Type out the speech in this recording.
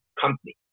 company